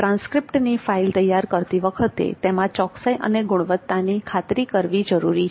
ટ્રાંસ્ક્રિપ્ટની file તૈયાર કરતી વખતે તેમાં ચોકસાઈ અને ગુણવત્તાની ખાતરી કરવી જરૂરી છે